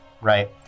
right